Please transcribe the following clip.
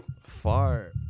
far